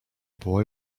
boy